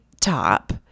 top